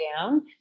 down